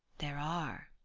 there are,